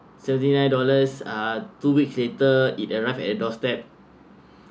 seventy nine dollars uh two weeks later it arrived at doorstep